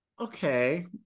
okay